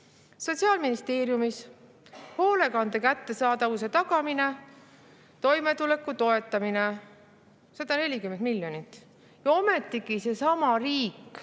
Sotsiaalministeeriumis hoolekande kättesaadavuse tagamine, toimetuleku toetamine: 140 miljonit. Ometi seesama riik,